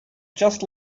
just